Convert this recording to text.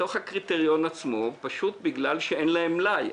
בתוך הקריטריון עצמו בגלל שאין להם מלאי,